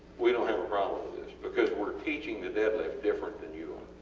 we dont have a problem with this because were teaching the deadlift different than you